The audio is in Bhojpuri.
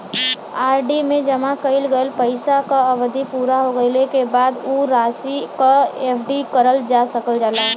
आर.डी में जमा कइल गइल पइसा क अवधि पूरा हो गइले क बाद वो राशि क एफ.डी करल जा सकल जाला